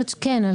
כן.